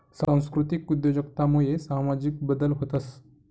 सांस्कृतिक उद्योजकता मुये सामाजिक बदल व्हतंस